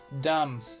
Dumb